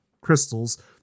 crystals